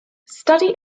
study